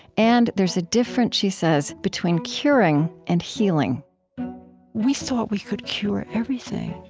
and there's a difference, she says, between curing and healing we thought we could cure everything,